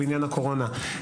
בעניין הקורונה.